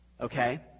Okay